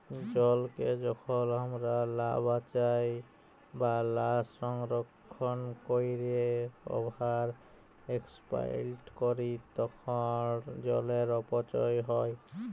জলকে যখল আমরা লা বাঁচায় বা লা সংরক্ষল ক্যইরে ওভার এক্সপ্লইট ক্যরি তখল জলের অপচয় হ্যয়